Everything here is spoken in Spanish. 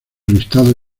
listado